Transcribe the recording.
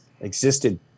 existed